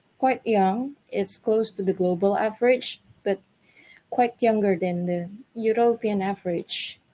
quite young, it's close to the global average but quite younger than the european average.